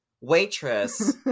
waitress